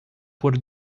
por